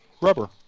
rubber